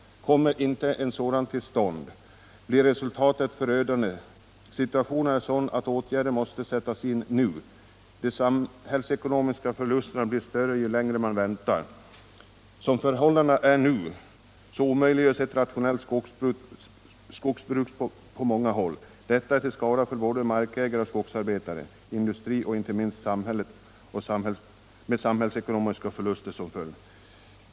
Kommer inte en sådan till stånd blir resultatet förödande. Situationen är sådan att åtgärder måste sättas in nu. De samhällsekonomiska förlusterna blir större ju längre man väntar. Som förhållandena är nu omöjliggörs ett rationellt skogsbruk på många håll. Detta är till skada för markägare, skogsarbetare, industri och inte minst samhället — med samhällsekonomiska förluster som följd.